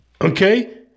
Okay